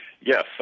Yes